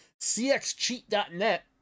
CXCheat.net